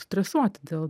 stresuoti dėl